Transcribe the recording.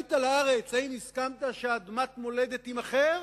כשעלית לארץ, האם הסכמת שאדמת מולדת תימכר?